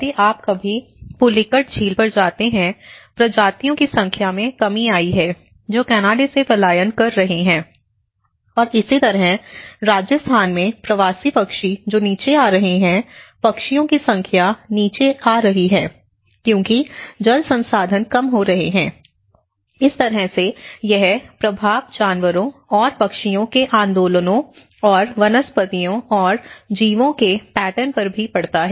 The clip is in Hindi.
यदि आप कभी पुलिकट झील पर जाते हैं प्रजातियों की संख्या में कमी आई है जो कनाडा से पलायन कर रहे हैं और इसी तरह राजस्थान में प्रवासी पक्षी जो नीचे आ रहे हैं पक्षियों की संख्या नीचे आ रहा है क्योंकि जल संसाधन कम हो रहे हैं इस तरह से यह प्रभाव जानवरों और पक्षियों के आंदोलनों और वनस्पतियों और जीवों के पैटर्न पर भी पड़ता है